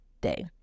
day